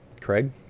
Craig